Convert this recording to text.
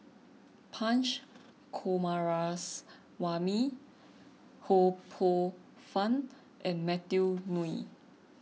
Punch Coomaraswamy Ho Poh Fun and Matthew Ngui